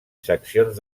seccions